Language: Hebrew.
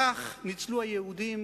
כך ניצלו היהודים